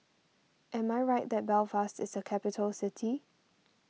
am I right that Belfast is a capital city